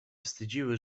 wstydziły